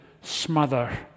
smother